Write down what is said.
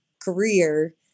career